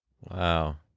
Wow